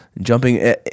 Jumping